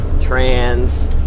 trans